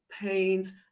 pains